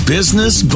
Business